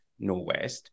Norwest